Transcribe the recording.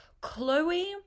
Chloe